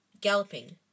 galloping